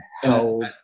held